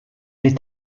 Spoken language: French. est